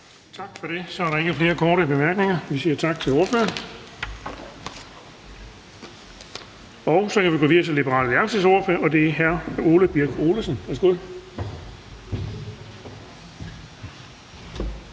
Tak for det. Så er der ikke flere korte bemærkninger. Vi siger tak til ordføreren. Og så kan vi gå videre til Venstres ordfører, og det er fru Anne Honoré Østergaard.